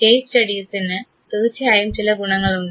case സ്റ്റഡീസിന് തീർച്ചയായും ചില ഗുണങ്ങളുണ്ട്